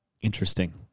Interesting